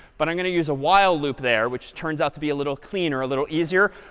but i'm going to use a while loop there, which turns out to be a little cleaner, a little easier,